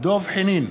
דב חנין,